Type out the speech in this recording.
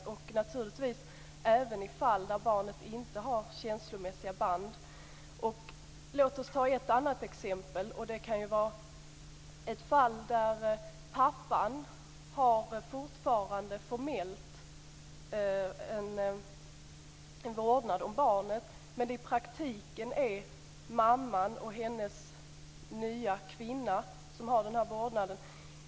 Det gäller naturligtvis även i fall där barnet inte har känslomässiga band. Låt oss ta ett annat exempel. Det kan vara ett fall där pappan fortfarande formellt har en vårdnad om barnet men det i praktiken är mamman och hennes nya kvinna som har vårdnaden.